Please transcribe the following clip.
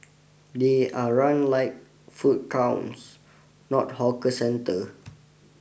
they are run like food courts not hawker centre